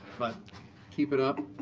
but keep it up.